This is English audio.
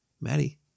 Maddie